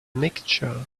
mixture